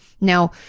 Now